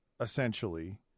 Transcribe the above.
essentially